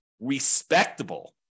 respectable